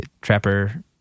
Trapper